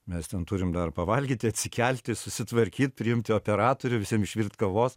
mes ten turim dar pavalgyti atsikelti susitvarkyt primti operatorių visiem išvirt kavos